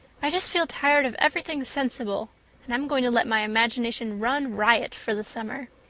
i just feel tired of everything sensible and i'm going to let my imagination run riot for the summer.